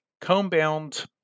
comb-bound